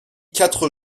quatre